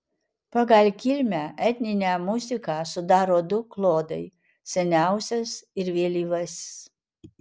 pagal kilmę etninę muziką sudaro du klodai seniausias ir vėlyvasis